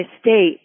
state